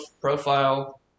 profile